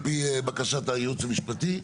על פי בקשת הייעוץ המשפטי,